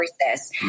process